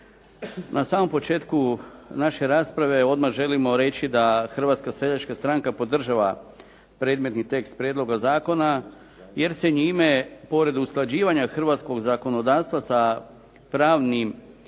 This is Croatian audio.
Na samom početku naše rasprave odmah želimo reći da Hrvatska seljačka stranka podržava predmetni tekst prijedloga zakona, jer se njime pored usklađivanja hrvatskog zakonodavstva sa pravnim